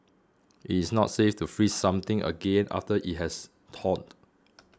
it is not safe to freeze something again after it has thawed